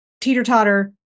teeter-totter